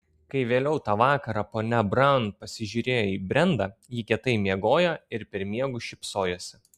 kai vėliau tą vakarą ponia braun pasižiūrėjo į brendą ji kietai miegojo ir per miegus šypsojosi